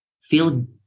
feel